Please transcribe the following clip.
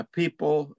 people